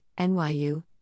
NYU